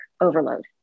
overload